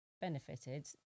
benefited